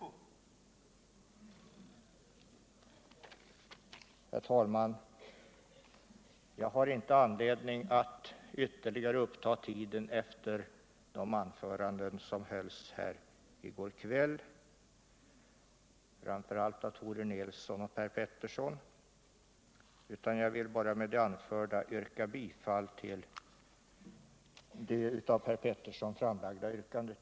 Herr talman! Jag har inte anledning att ytterligare uppta tiden efter de anföranden som hölls här i går kväll framför allt av Tore Nilsson och Per Petersson, utan jag vill bara med det anförda vrka bifall till det av Per Petersson framlagda yrkandet.